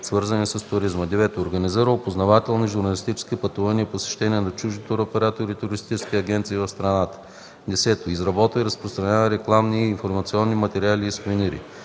свързани с туризма; 9. организира опознавателни журналистически пътувания и посещения на чужди туроператори и туристически агенти в страната; 10. изработва и разпространява рекламни и информационни материали и сувенири;